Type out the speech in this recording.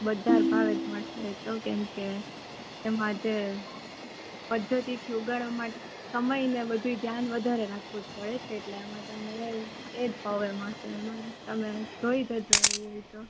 બજાર ભાવે જ મળશે એ તો કેમકે તેમાં જે પદ્ધતિથી ઉગાડવામાં સમય ને બધું ધ્યાન વધારે રાખવું જ પડે છે એટલે એમાં તમને એ જ ભાવે મળશે એમાં તમે જોઈ જજો એવું હોય તો